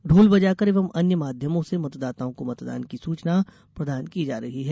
ढोल बजाकर एवं अन्य माध्यमों से मतदाताओं को मतदान की सूचना प्रदान की जा रही है